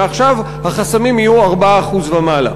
מעכשיו החסמים יהיו 4% ומעלה.